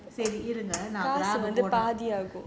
சரி இருங்க நான் போட:sari irunga naan poda